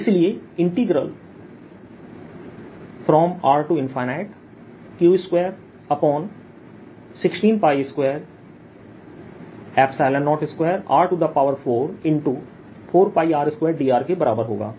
तो इसलिए integral RQ216202r44πr2dr के बराबर होगा